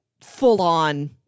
full-on